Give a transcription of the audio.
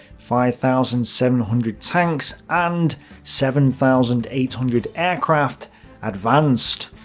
five thousand seven hundred tanks and seven thousand eight hundred aircraft advanced.